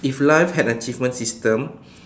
if life had achievement system